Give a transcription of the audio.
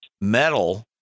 metal